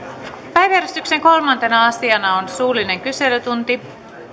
päiväjärjestyksen kolmantena asiana on suullinen kyselytunti